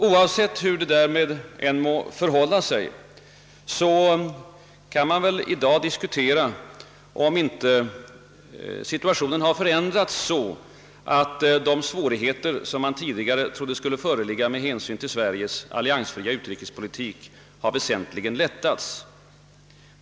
Oavsett hur därmed förhåller sig kan man dock diskutera, om inte situationen nu har förändrats, så att de svårigheter man tidigare trodde skulle föreligga med hänsyn till Sveriges alliansfria utrikespolitik har lättat väsentligt.